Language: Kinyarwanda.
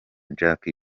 jack